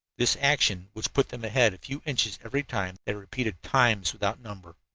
this action, which put them ahead a few inches every time, they repeated times without number.